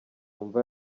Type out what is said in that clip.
mva